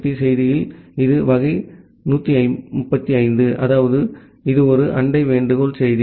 B செய்தியில் இது வகை 135 அதாவது இது ஒரு அண்டை வேண்டுகோள் செய்தி